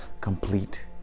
complete